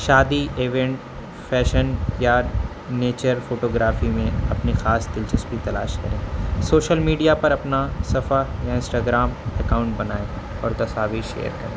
شادی event fashion یا nature photography میں اپنی خاص دلچسپی تلاش کریں سوشل میڈیا پر اپنا صفحہ یا انسٹاگرام اکاؤنٹ بنائیں اور تصاویر شیئر کریں